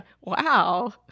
wow